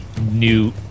new